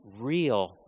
real